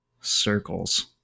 circles